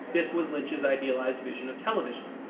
this was lynch's idealized vision of television.